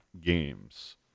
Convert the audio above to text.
games